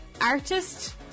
artist